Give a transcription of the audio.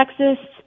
Texas